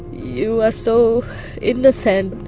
you are so innocent.